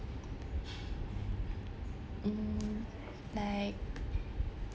hmm like